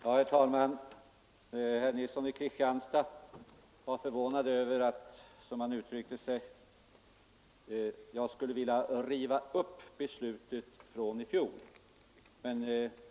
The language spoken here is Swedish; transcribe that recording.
Herr talman! Herr Nilsson i Kristianstad var förvånad över att jag skulle vilja riva upp beslutet från i fjol, som han uttryckte sig.